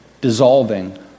dissolving